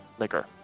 liquor